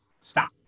stop